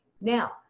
now